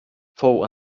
fou